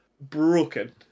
broken